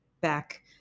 back